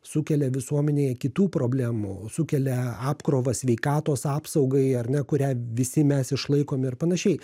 sukelia visuomenėje kitų problemų sukelia apkrovą sveikatos apsaugai ar ne kurią visi mes išlaikom ir panašiai